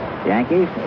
Yankees